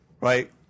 right